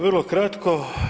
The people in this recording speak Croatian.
Vrlo kratko.